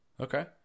Okay